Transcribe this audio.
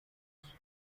huge